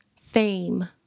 fame